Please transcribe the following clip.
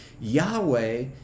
Yahweh